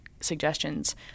suggestions